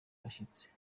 abashyitsi